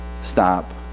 stop